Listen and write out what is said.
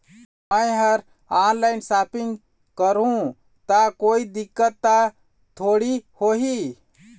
मैं हर online shopping करू ता कोई दिक्कत त थोड़ी होही?